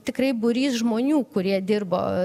tikrai būrys žmonių kurie dirba